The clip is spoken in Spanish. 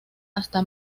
hasta